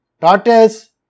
tortoise